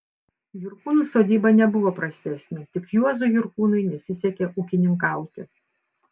jurkūnų sodyba nebuvo prastesnė tik juozui jurkūnui nesisekė ūkininkauti